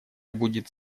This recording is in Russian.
будет